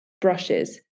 brushes